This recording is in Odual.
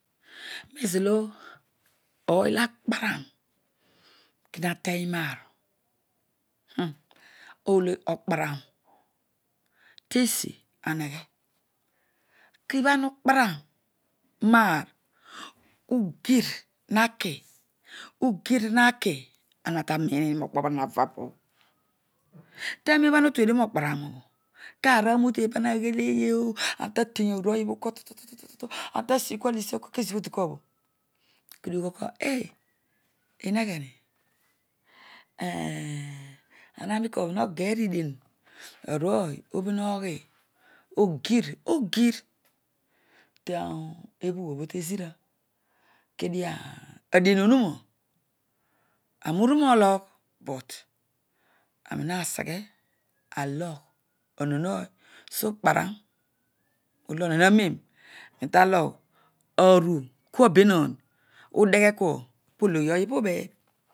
Mezolo ooy olo akparan kedio ateny roar, olo okparan tesi omaghe kibha awa ukparan roaar ugir inaki ugir naki ana taromini nokpobho ana hava bobho ta roer obho ana utuedio roo kparamobho kara mute pana naghe eyoor ana tateyogh rooy obho kua tutu kong tasikua usuan kezobho udikuabho kedio ugholkua oh inegheni ana roan kuabho heghety ridie arooy obim oghi ogir ogir tan ebugh obho tezira kedio an adien ohuma amiuneroa logh but aninaseghe alogh ohon ooy so kparan olo ohon aroen mitalo arukuabe nan udeghe kua pologhia obho obebho